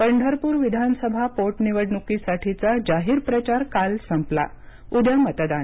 पंढरपूर विधानसभा पोटनिवडणुकीसाठीचा जाहीर प्रचार संपला उद्या मतदान